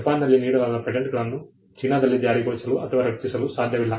ಜಪಾನ್ನಲ್ಲಿ ನೀಡಲಾದ ಪೇಟೆಂಟ್ಗಳನ್ನು ಚೀನಾದಲ್ಲಿ ಜಾರಿಗೊಳಿಸಲು ಅಥವಾ ರಕ್ಷಿಸಲು ಸಾಧ್ಯವಿಲ್ಲ